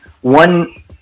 one